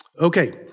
Okay